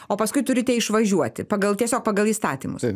o paskui turite išvažiuoti pagal tiesiog pagal įstatymus